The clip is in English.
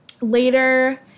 later